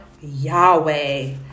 Yahweh